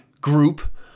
group